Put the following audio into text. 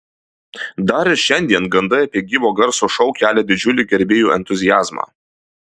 dar ir šiandien gandai apie gyvo garso šou kelia didžiulį gerbėjų entuziazmą